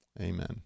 Amen